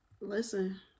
Listen